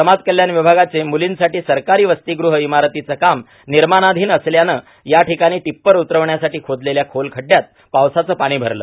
समाजकल्याण विभागाचे मुलींसाठी सरकारी वसतीग्रह इमारतीचं काम निर्माणाधिन असल्यानं याठिकाणी टिप्पर उतरविण्यासाठी खोदलेल्या खोल खड्डयात पावसाचं पाणी भरले